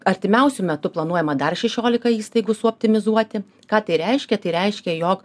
artimiausiu metu planuojama dar šešiolika įstaigų su optimizuoti ką tai reiškia tai reiškia jog